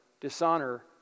Dishonor